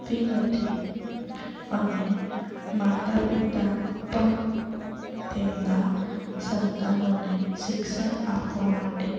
તી નથી અને માતા પિતા પણ તેમનાં સંતાનોને શિક્ષણ આપવા માટે